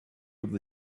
able